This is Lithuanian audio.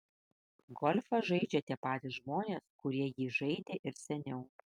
golfą žaidžia tie patys žmonės kurie jį žaidė ir seniau